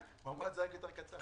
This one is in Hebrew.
אמר את זה, רק יותר קצר.